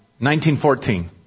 1914